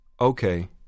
Okay